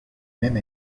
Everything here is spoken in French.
même